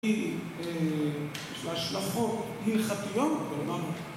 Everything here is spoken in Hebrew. יש לה השלכות הלכתיות, כלומר...